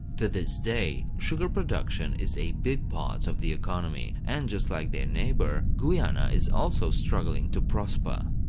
to this day sugar production is a big part of the economy, and just like their neighbour, guyana is also struggling to prosper.